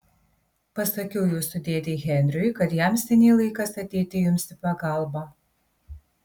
pasakiau jūsų dėdei henriui kad jam seniai laikas ateiti jums į pagalbą